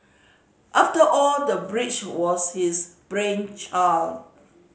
after all the bridge was his brainchild